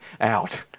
out